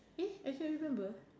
eh actually I remember